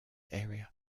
area